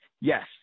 Yes